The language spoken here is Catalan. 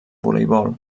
voleibol